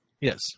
Yes